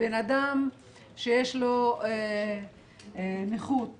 בן-אדם שיש לו נכות,